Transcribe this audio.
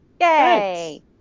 Yay